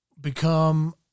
Become